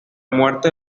muerte